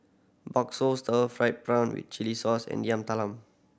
bakso stir fried prawn with chili sauce and Yam Talam